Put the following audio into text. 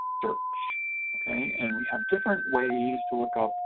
search okay and we have different ways to look up